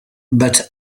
but